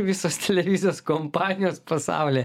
visos televizijos kompanijos pasauly